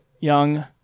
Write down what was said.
young